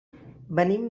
venim